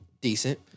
Decent